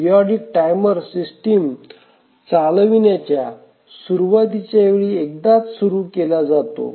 periodic timer system चालविण्याच्या सुरूवातीच्या वेळी एकदाच सुरू केला जातो